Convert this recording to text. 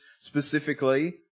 specifically